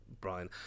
Brian